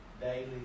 daily